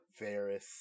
Varys